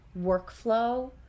workflow